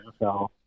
NFL –